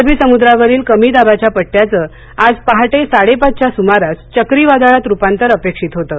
अरबी समुद्रावरील कमी दाबाच्या पट्टयाचं आज पहाटे साडेपाचच्या सुमारास चक्रीवादळात रुपांतर अपेक्षित होतं